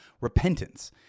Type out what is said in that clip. repentance